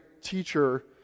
teacher